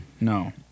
No